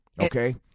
Okay